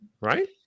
Right